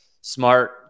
smart